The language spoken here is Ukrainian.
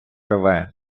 рве